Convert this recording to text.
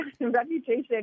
reputation